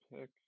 pick